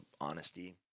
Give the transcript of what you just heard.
honesty